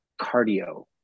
cardio